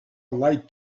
light